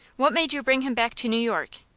what made you bring him back to new york?